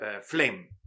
flame